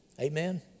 Amen